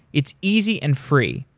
it's easy and free.